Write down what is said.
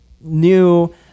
new